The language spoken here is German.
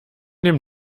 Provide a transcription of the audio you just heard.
dem